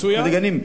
מצוין.